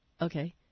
Okay